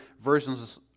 versions